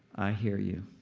i hear you.